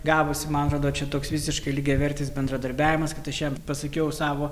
gavosi man atrodo čia toks visiškai lygiavertis bendradarbiavimas kad aš jam pasakiau savo